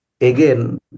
Again